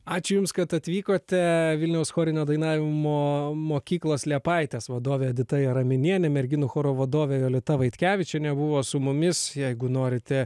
ačiū jums kad atvykote vilniaus chorinio dainavimo mokyklos liepaitės vadovė edita jaraminienė merginų choro vadovė jolita vaitkevičienė buvo su mumis jeigu norite